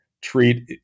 treat